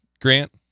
Grant